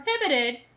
prohibited